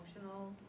emotional